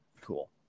cool